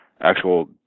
actual